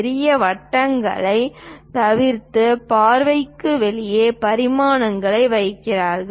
பெரிய வட்டங்களைத் தவிர்த்து பார்வைக்கு வெளியே பரிமாணங்களை வைக்கிறீர்கள்